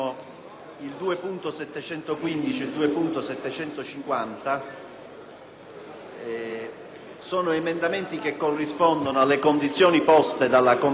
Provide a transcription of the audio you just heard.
2.715 e 2.750, che corrispondono alle condizioni poste dalla Commissione affari costituzionali nel suo parere favorevole sul testo proposto dalle Commissioni riunite.